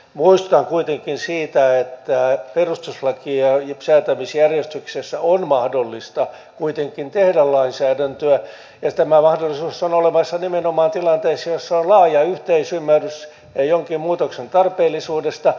muistutan kuitenkin siitä että perustuslain säätämisjärjestyksessä on kuitenkin mahdollista tehdä lainsäädäntöä ja tämä mahdollisuus on olemassa nimenomaan tilanteissa joissa on laaja yhteisymmärrys jonkin muutoksen tarpeellisuudesta